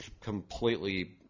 completely